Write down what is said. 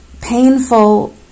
painful